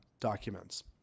documents